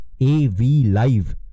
AVLIVE